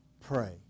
Pray